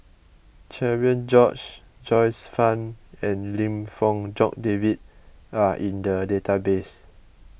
Cherian George Joyce Fan and Lim Fong Jock David are in the database